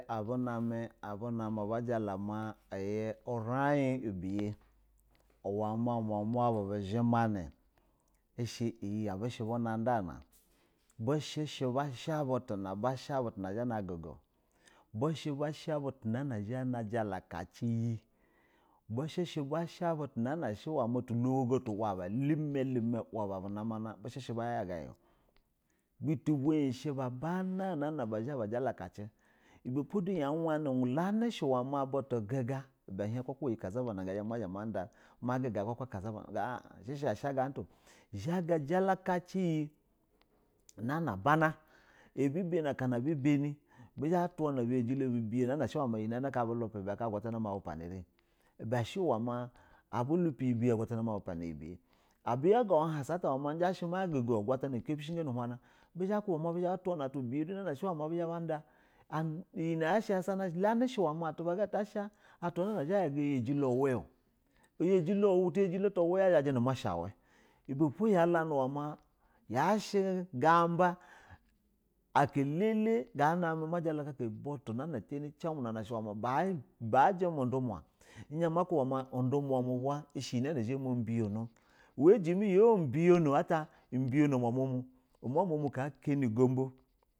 Aba name abunomi uwe ma ugi urin ubuyi uwe ma umoma bu ubu zhi mani izhɛ iyɛ abu shɛ bun a da nab u shɛ sɛhe bas ha butu na bishi buna guga o bushɛ bas ha butu na bizha najalaka ci iyɛ, bishɛ bas ha butu bitu logogo tum aba uluma luma uwaba bu na mana bishi bayaga in, butu buyi shɛ ba ban aba jale kaci iyɛ ibɛ po do yana mi bishɛ shɛ ma guga kuka gana ata bushɛ ga at zha ga bana abi bani bizha batwa nab u jay lo biye iyi n aka abu hipi ibe ka agwatoma zha ma bu pana re ibe she uwe ma abu lupu iyi biya awatana zha mabu pana re abu yagawa a hasa bizha shi ba guga agwatana bizha ba kuba ma bizha ba twa na butu bibiyɛ na do na abu zha da, iyi na yashɛ ulanishɛ tizha ta ya ga oyijilo uwe o, yijilo tiya jilo tu we masha nu masha mu uue ibepo ya lani uwa ma yashɛ ga ba aka elele ga na mi ma jala kaka butu ba elele na b aba jimi uduma ɛzha ma kuba uwa ma udumu muba mishi iyi na zha ma biji go uwe a jimi ya biyini ubiyano umomu mu umuma mudu zha ya kana ugombo.